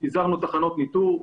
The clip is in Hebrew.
פיזרנו תחנות ניטור.